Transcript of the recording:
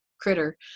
critter